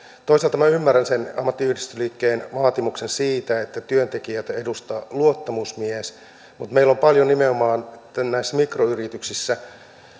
toisaalta minä ymmärrän ammattiyhdistysliikkeen vaatimuksen siitä että työntekijöitä edustaa luottamusmies mutta meillä on paljon nimenomaan näissä mikroyrityksissä